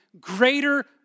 greater